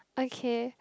okay